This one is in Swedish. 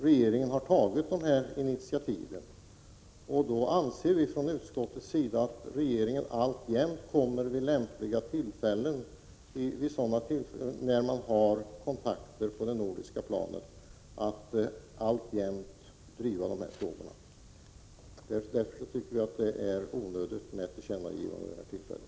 Regeringen har tagit initiativ i frågan. Utskottet utgår också från att regeringen vid lämpliga tillfällen i sina nordiska kontakter kommer att driva den här och andra frågor. Därför anser jag att det är onödigt att riksdagen gör ett tillkännagivande till regeringen.